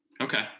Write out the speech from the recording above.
Okay